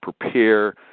prepare